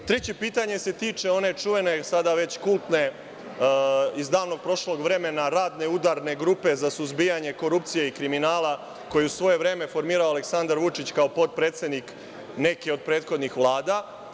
Treće pitanje se tiče one čuvene, sada već kultne iz davnog prošlog vremena, radne udarne grupe za suzbijanje korupcije i kriminala koju je u svoje vreme formirao Aleksandar Vučić, kao potpredsednik neke od prethodnih Vlada.